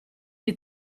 gli